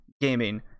Gaming